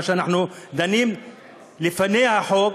זה שאנחנו דנים בו לפני החוק,